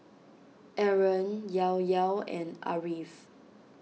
Aaron Yahya and Ariff